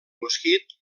mosquit